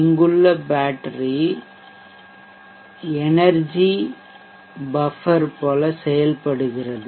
இங்குள்ள battery energy ஆற்றல் buffer போல செயல்படுகிறது